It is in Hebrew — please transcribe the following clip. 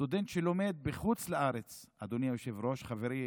סטודנט שלומד בחוץ לארץ, אדוני היושב-ראש, חברי